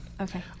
Okay